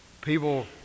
People